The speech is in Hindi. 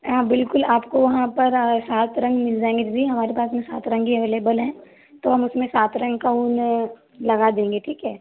आप बिल्कुल आपको वहाँ पर सात रंग मिल जाएंगे दीदी हमारे पास में सात रंग ही अवेलेबल हैं तो हम उसमें सात रंग का ऊन लगा देंगे ठीक है